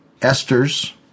esters